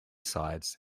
sides